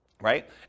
right